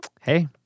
Hey